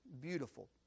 beautiful